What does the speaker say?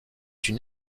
une